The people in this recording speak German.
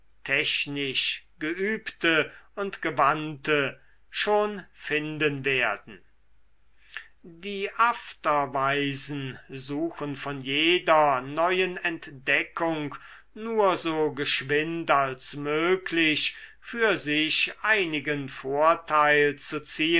technisch geübte und gewandte schon finden werden die afterweisen suchen von jeder neuen entdeckung nur so geschwind als möglich für sich einigen vorteil zu ziehen